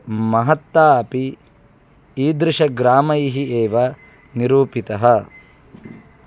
महत्ता अपि ईदृशग्रामैः एव निरूपिता